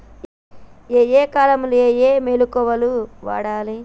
ఏయే కాలంలో ఏయే మొలకలు వాడాలి?